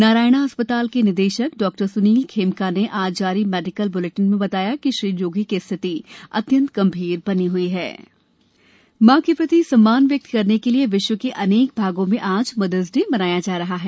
नारायणा अस्पताल के निदेशक डास्नील खेमका ने आज जारी मेडिकल ब्लेटिन में बताया कि श्री जोगी की स्थिति अत्यन्त गंभीर बनी ह्ई है मदर्स डे मां के प्रति सम्मान व्यक्त करने के लिए विश्व के अनेक भागों में आज मदर्स डे मनाया जा रहा है